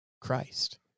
Christ